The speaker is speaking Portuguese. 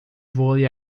vôlei